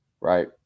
right